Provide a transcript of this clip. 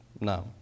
No